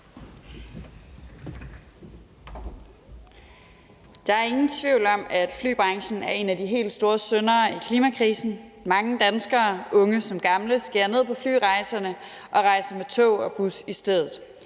Der er ingen tvivl om, at flybranchen er en af de helt store syndere i klimakrisen. Mange danskere, unge som gamle, skærer ned på flyrejserne og rejser med tog og bus i stedet.